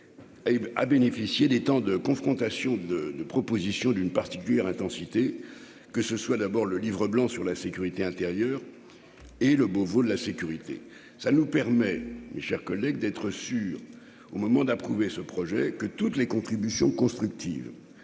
a bénéficié des temps de confrontation de de propositions, d'une particulière intensité que ce soit d'abord le livre blanc sur la sécurité intérieure et le Beauvau, la sécurité, ça nous permet, mes chers collègues, d'être sûr, au moment d'approuver ce projet que toutes les contributions constructives